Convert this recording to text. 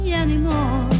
anymore